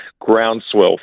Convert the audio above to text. groundswell